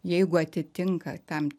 jeigu atitinka tam